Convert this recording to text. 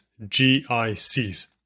GICs